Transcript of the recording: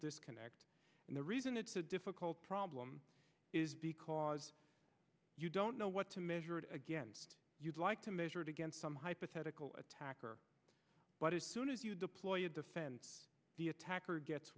disconnect and the reason it's a difficult problem is because you don't know what to measure it against you'd like to measure it against some hypothetical attacker but as soon as you deploy a defense the attacker gets